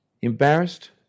Embarrassed